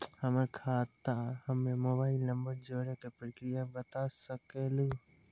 हमर खाता हम्मे मोबाइल नंबर जोड़े के प्रक्रिया बता सकें लू?